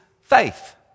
faith